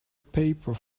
paper